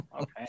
okay